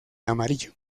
amarillo